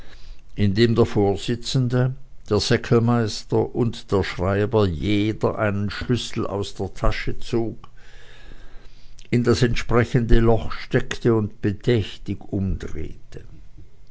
indem der vorsitzende der seckelmeister und der schreiber jeder einen schlüssel aus der tasche zog in das entsprechende loch steckte und bedächtig umdrehte